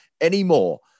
anymore